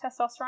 testosterone